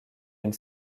une